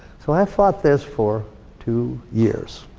so, i have fought this for two years.